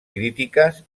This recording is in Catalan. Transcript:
crítiques